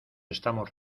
estamos